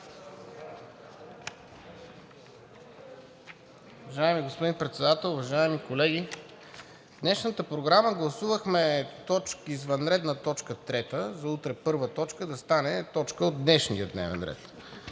Уважаеми господин Председател, уважаеми колеги! В днешната програма гласувахме извънредна точка трета, която е първа точка за утре, да стане точка от днешния дневен ред.